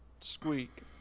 squeak